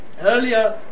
Earlier